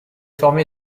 formé